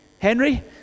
Henry